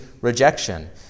rejection